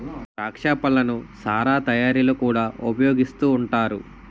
ద్రాక్ష పళ్ళను సారా తయారీలో కూడా ఉపయోగిస్తూ ఉంటారు